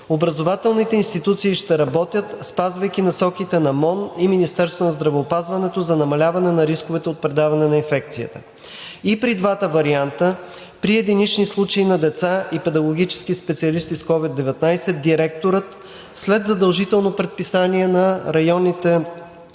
образователните институции ще работят, спазвайки насоките на МОН и на Министерството на здравеопазването за намаляване на рисковете от предаване на инфекцията. И при двата варианта при единични случаи на деца и педагогически специалисти с COVID-19 директорът след задължително предписание на районните здравни